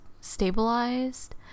stabilized